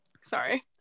Sorry